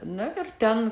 na ir ten